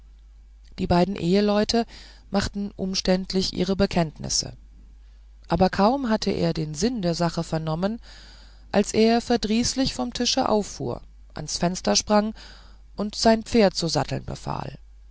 die beiden eheleute machten umständlich ihre bekenntnisse aber kaum hatte er den sinn der sache vernommen als er verdrießlich vom tische auffuhr ans fenster sprang und sein pferd zu satteln befahl